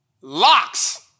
Locks